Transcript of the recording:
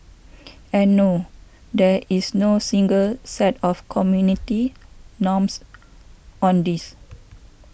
and no there is no single sat of community norms on this